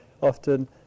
often